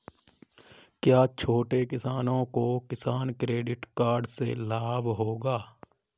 क्या छोटे किसानों को किसान क्रेडिट कार्ड से लाभ होगा?